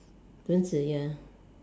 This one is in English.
轮子 ya